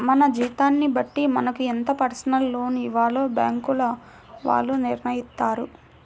మన జీతాన్ని బట్టి మనకు ఎంత పర్సనల్ లోన్ ఇవ్వాలో బ్యేంకుల వాళ్ళు నిర్ణయిత్తారు